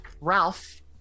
Ralph